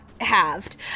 halved